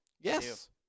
Yes